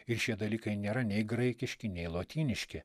ir šie dalykai nėra nei graikiški nei lotyniški